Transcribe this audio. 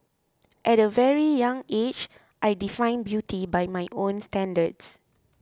at a very young age I defined beauty by my own standards